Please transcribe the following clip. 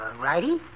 righty